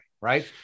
right